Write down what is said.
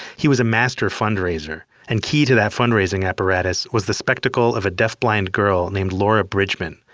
he was a master fundraiser, and key to that fundraising apparatus was the spectacle of a deaf blind girl named laura bridgman,